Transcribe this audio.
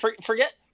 forget